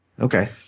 Okay